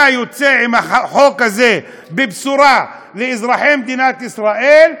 אתה יוצא עם החוק הזה בבשורה לאזרחי מדינת ישראל,